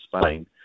Spain